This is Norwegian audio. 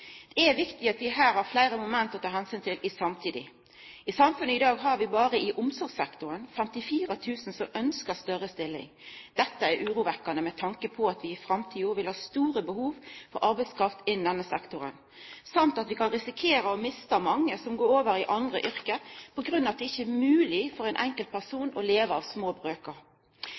Det er viktig at vi her har fleire moment å ta omsyn til samtidig. I samfunnet i dag har vi berre i omsorgssektoren 54 000 som ønskjer større stillingar. Dette er urovekkjande med tanke på at vi i framtida vil ha store behov for arbeidskraft innan denne sektoren, og at vi kan risikera å mista mange som går over i andre yrke på grunn av at det ikkje er mogleg for ein enkelt person å leva av små